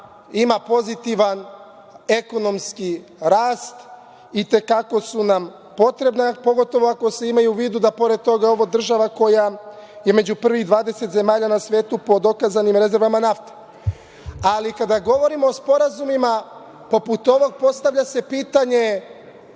ima pozitivan ekonomski rast, su nam i te kako potrebni, pogotovo ako se ima u vidu da je ovo država koja je među prvih 20 zemalja u svetu po dokazanim rezervama nafte. Kada govorimo o sporazumima poput ovog, postavlja se pitanje